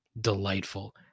delightful